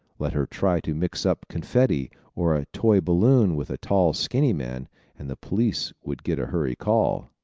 let her try to mix up confetti or a toy balloon with a tall skinny man and the police would get a hurry call!